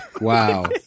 Wow